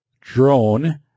drone